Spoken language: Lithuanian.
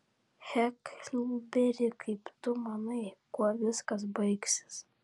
heklberi kaip tu manai kuo viskas baigsis